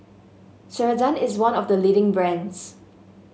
ceradan is one of the leading brands